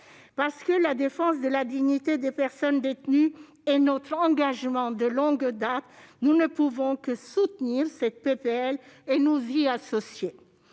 Parce que la défense de la dignité des personnes détenues est notre engagement de longue date, nous ne pouvons que soutenir cette proposition de loi et nous y associer.